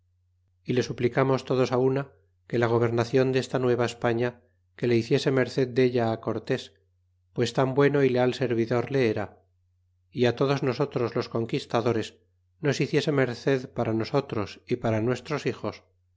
y le suplicarnos todos una que la gobernacion desta nueva españa que le hiciese merced della cortés pues tan bueno y leal servidor le era y todos nosotros los conquistadores nos hiciese merced para nosotros y para nuestros hijos